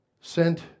sent